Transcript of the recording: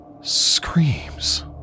Screams